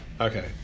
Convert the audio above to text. okay